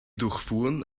durchfuhren